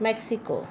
Mexico